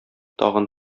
тагын